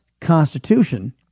Constitution